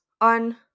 on